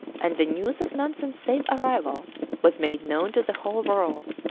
and the news of nansen's safe arrival was made known to the whole world.